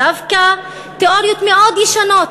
דווקא תיאוריות מאוד ישנות,